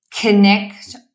connect